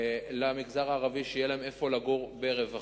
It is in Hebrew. למגזר הערבי, שיהיה להם איפה לגור ברווחה.